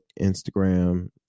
Instagram